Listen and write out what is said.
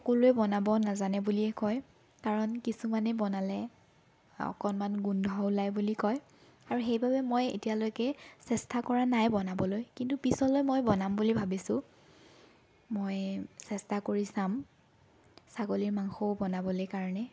সকলোয়ে বনাব নাজানে বুলিয়েই কয় কাৰণ কিছুমানে বনালে অকণমান গোন্ধ ওলায় বুলি কয় আৰু সেইবাবে মই এতিয়ালৈকে চেষ্টা কৰা নাই বনাবলৈ কিন্তু পিছলৈ মই বনাম বুলি ভাবিছোঁ মই চেষ্টা কৰি চাম ছাগলীৰ মাংসও বনাবলৈ কাৰণে